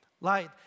light